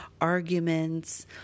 arguments